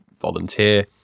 volunteer